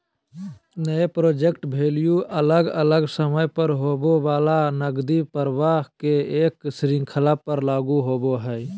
net present value अलग अलग समय पर होवय वला नकदी प्रवाह के एक श्रृंखला पर लागू होवय हई